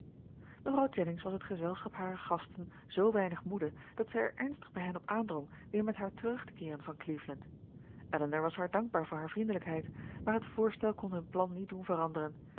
mevrouw jennings was het gezelschap harer gasten zoo weinig moede dat zij er ernstig bij hen op aandrong weer met haar terug te keeren van cleveland elinor was haar dankbaar voor haar vriendelijkheid maar het voorstel kon hun plan niet doen veranderen